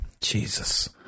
Jesus